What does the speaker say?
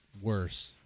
worse